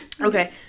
Okay